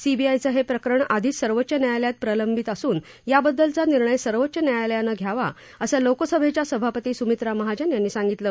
सीबीआयचं हे प्रकरण आधीच सर्वोच्च न्यायालयात प्रलंबित असून याबद्दलचा निर्णय सर्वोच्च न्यायालयानं घ्यावा असं लोकसभेच्या सभापती सुमित्रा महाजन यांनी सांगितलं